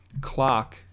clock